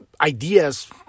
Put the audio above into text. ideas